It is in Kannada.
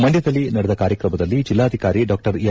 ಮಂಡ್ಕದಲ್ಲಿ ನಡೆದ ಕಾರ್ಯಕ್ರಮದಲ್ಲಿ ಜಿಲ್ಲಾಧಿಕಾರಿ ಡಾ ಎಂ